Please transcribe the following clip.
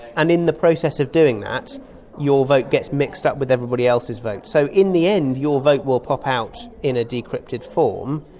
and in the process of doing that your vote gets mixed up with everybody else's vote. so in the end your vote will pop out in a decrypted form,